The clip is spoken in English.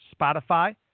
Spotify